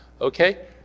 okay